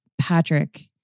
Patrick